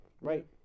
right